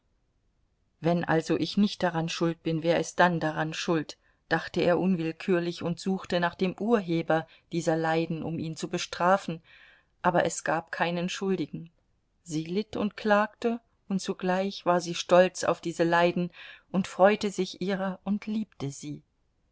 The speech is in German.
wenn also ich nicht daran schuld bin wer ist dann daran schuld dachte er unwillkürlich und suchte nach dem urheber dieser leiden um ihn zu bestrafen aber es gab keinen schuldigen sie litt und klagte und zugleich war sie stolz auf diese leiden und freute sich ihrer und liebte sie